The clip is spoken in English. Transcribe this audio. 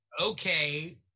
okay